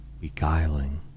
beguiling